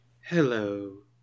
Hello